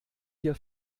hier